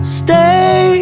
stay